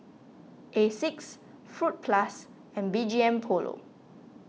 Asics Fruit Plus and B G M Polo